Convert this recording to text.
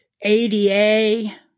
ADA